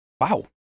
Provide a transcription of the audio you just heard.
Wow